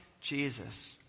Jesus